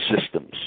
Systems